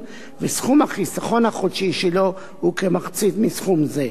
וסכום החיסכון החודשי שלו הוא כמחצית מסכום זה.